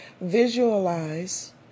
Visualize